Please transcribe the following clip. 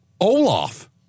Olaf